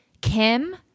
Kim